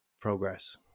progress